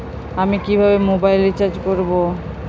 আমি কিভাবে mobile recharge করব?